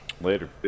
Later